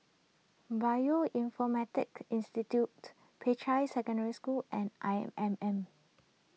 Bioinformatics Institute Peicai Secondary School and I M M